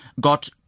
got